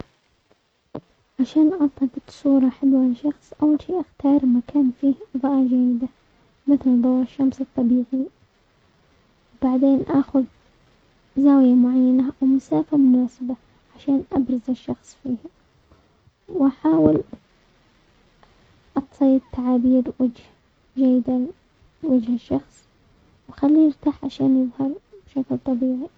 عشان التقط صورة حلوة لشخص اول شيء اختار مكان فيه اضاءة جيدة مثل ضوء الشمس الطبيعي، بعدين اخذ زاوية معينة و مسافة مناسبة عشان ابرز الشخص فيها، واحاول تعابير وجه جبدة- وجه الشخص وخليه يرتاح عشان يظهر بشكل طبيعي.